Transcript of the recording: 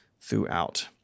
throughout